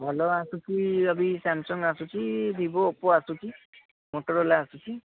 ଭଲ ଆସୁଛି ଯଦି ସାମସଙ୍ଗ୍ ଆସୁଛି ଭିବୋ ଓପୋ ଆସୁଛି ମୋଟୋରୋଲା ଆସୁଛି